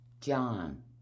John